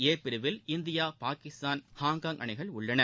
ஏ பிரிவில் India Pakistan Hong Kong அணிகள் உள்ளன